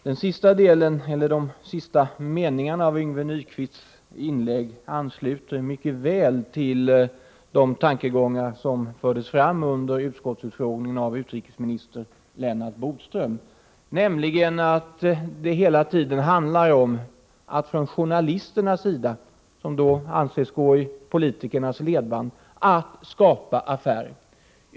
Fru talman! De sista meningarna i Yngve Nyquists inlägg ansluter till de tankegångar som fördes fram vid utskottsutfrågningen av Lennart Bodström, nämligen att det hela tiden handlar om att från journalisternas sida — som då anses gå i politikernas ledband — skapa affärer.